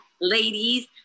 ladies